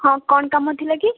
ହଁ କଣ କାମ ଥିଲା କି